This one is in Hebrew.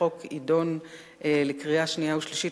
החוק יידון לקראת קריאה שנייה ושלישית